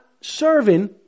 serving